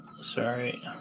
Sorry